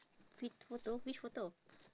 ph~ photo which photo